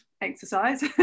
exercise